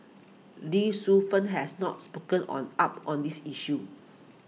Lee Suet Fern has not spoken on up on this issue